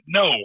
no